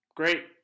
great